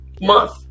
Month